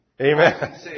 Amen